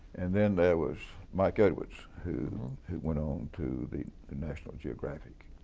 and then there was mike edwards who went onto the the national geographic,